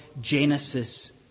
Genesis